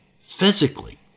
physically